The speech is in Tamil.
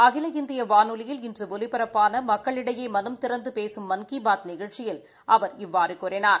அகில இந்திய வானொலியில் இன்று ஒலிபரப்பான மக்களிடையே மனம் திறந்து பேசும் மன் கி பாத் நிகழ்ச்சியில் அவர் இவ்வாறு கூறினார்